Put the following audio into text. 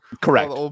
Correct